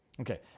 Okay